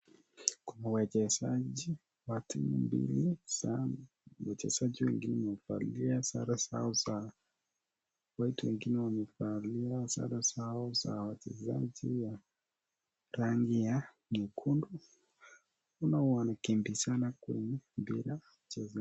Kuna wachezaji wa timu mbili za, wachezaji wengine wamevalia sare zao za white wengine wamevalia sare zao za wachezaji ya rangi ya nyekundu, kunao wanakimbizana kwenye mpira ...